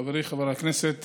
חברי חבר הכנסת